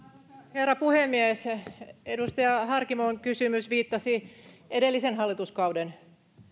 herra puhemies edustaja harkimon kysymys viittasi edellisen hallituskauden